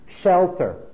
shelter